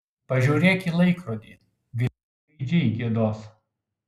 pažiūrėk į laikrodį greit gaidžiai giedos